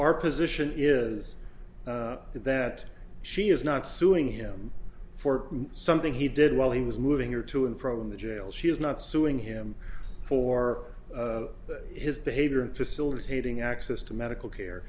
our position is that she is not suing him for something he did while he was moving her to and from the jail she is not suing him for his behavior facilitating access to medical care